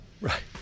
Right